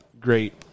great